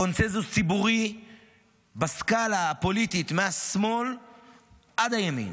קונסנזוס ציבורי בסקאלה הפוליטית משמאל עד הימין.